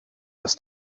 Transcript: was